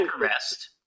arrest